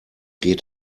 geht